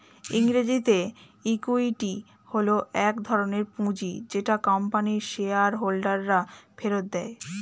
ইংরেজিতে ইক্যুইটি হল এক ধরণের পুঁজি যেটা কোম্পানির শেয়ার হোল্ডাররা ফেরত দেয়